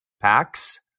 packs